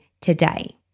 today